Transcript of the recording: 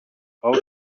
out